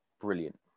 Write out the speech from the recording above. brilliant